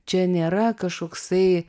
čia nėra kažkoksai